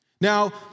Now